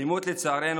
לצערנו,